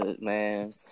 Man